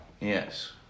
Yes